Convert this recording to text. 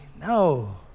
No